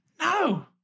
No